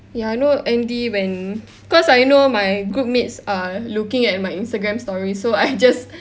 ya andy when cause I know my group mates are looking at my Instagram story so I just